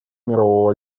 мирового